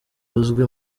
uzwi